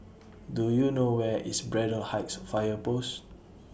Do YOU know Where IS Braddell Heights Fire Post